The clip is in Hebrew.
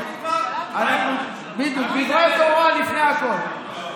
דברי תורה לפני הכול.